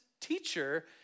teacher